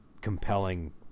compelling